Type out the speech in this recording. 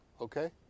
okay